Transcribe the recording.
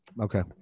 Okay